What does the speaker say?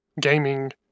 gaming